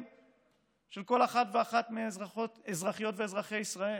של כל אחת ואחד מאזרחיות ואזרחי ישראל.